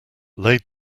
laid